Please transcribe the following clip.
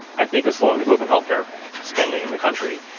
i think, is slowing the growth of health care spending in the country.